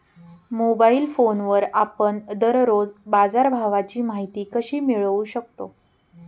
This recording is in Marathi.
मोबाइल फोनवर आपण दररोज बाजारभावाची माहिती कशी मिळवू शकतो?